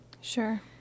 sure